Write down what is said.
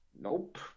Nope